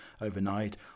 overnight